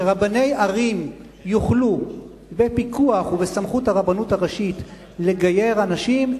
שרבני ערים יוכלו בפיקוח ובסמכות הרבנות הראשית לגייר אנשים,